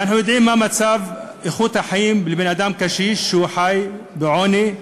ואנחנו יודעים מה מצב איכות החיים של בן-אדם קשיש שחי בעוני,